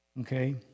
Okay